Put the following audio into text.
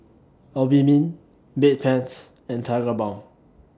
Obimin Bedpans and Tigerbalm